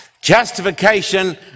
Justification